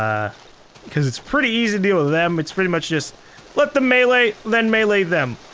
because it's pretty easy to deal with them. it's pretty much just let the melee then melee them.